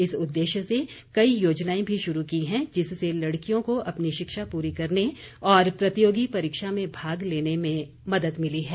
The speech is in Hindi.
इस उद्देश्य से कई योजनाएं भी शुरू की हैं जिससे लड़कियों को अपनी शिक्षा पूरी करने और प्रतियोगी परीक्षा में भाग लेने में मदद मिली है